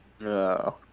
No